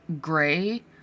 gray